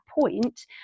point